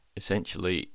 essentially